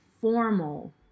formal